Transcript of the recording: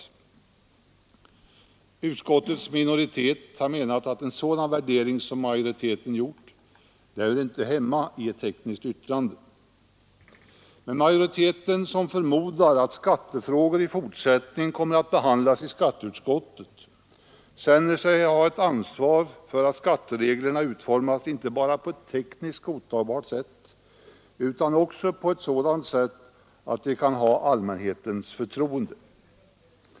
Utskottets minoritet har menat att en sådan värdering som majoriteten gjort inte hör hemma i ett tekniskt yttrande. Men majoriteten som förmodar att skattefrågor i fortsättningen kommer att behandlas i skatteutskottet känner sig ha ett ansvar för att skattereglerna utformas inte bara på tekniskt godtagbart sätt utan också på ett sådant sätt att de kan ha allmänhetens förtroende.